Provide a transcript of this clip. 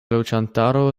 loĝantaro